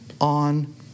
on